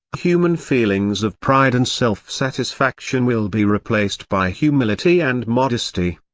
human feelings of pride and self-satisfaction will be replaced by humility and modesty.